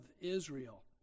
Israel